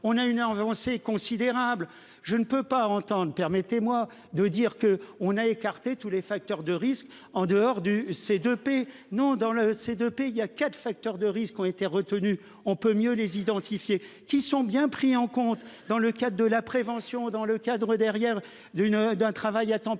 on a une avancée considérable je ne peux pas entendent, permettez-moi de dire que on a écarté tous les facteurs de risque en dehors du c'est de paix non dans ces deux pays à 4 facteurs de risques ont été retenus, on peut mieux les identifier qui sont bien pris en compte dans le cas de la prévention dans le cadre derrière d'une, d'un travail à temps partiel